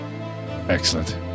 Excellent